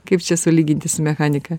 kaip čia sulyginti su mechanika